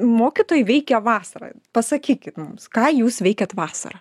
mokytojai veikia vasarą pasakykit mums ką jūs veikiat vasarą